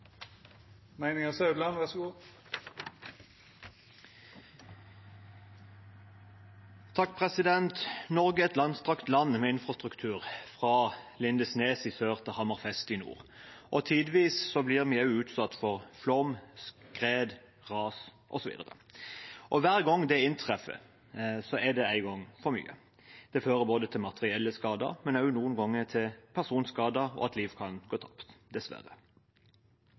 et langstrakt land med infrastruktur fra Lindesnes i sør til Hammerfest i nord, og tidvis blir vi utsatt for flom, skred, ras osv. Hver gang det inntreffer, er det én gang for mye. Det fører til materielle skader, men også noen ganger til personskader og til at liv går tapt, dessverre.